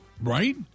Right